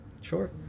Sure